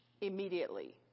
immediately